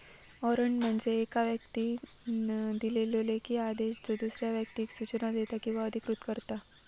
warrant म्हणजे येका व्यक्तीन दिलेलो लेखी आदेश ज्यो दुसऱ्या व्यक्तीक सूचना देता किंवा अधिकृत करता